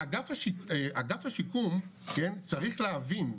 אגף השיקום צריך להבין,